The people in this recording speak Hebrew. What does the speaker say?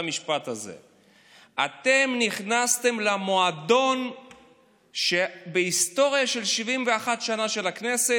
אתם נכנסתם למועדון שבהיסטוריה של 71 שנה של הכנסת,